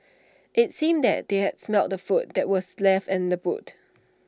IT seemed that they had smelt the food that was left in the boot